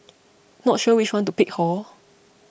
not sure which one to pick hor